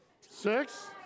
Six